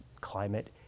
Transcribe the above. climate